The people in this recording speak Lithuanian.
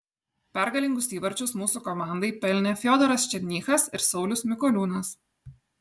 pergalingus įvarčius mūsų komandai pelnė fiodoras černychas ir saulius mikoliūnas